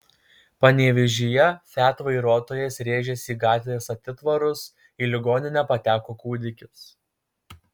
panevėžyje fiat vairuotojas rėžėsi į gatvės atitvarus į ligoninę pateko kūdikis